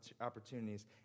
opportunities